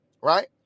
right